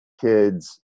kids